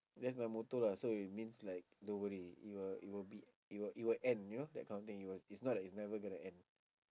that's my motto lah so it means like don't worry it it will it will be it will it well end you know that kind of thing it will it's not like it's never gonna end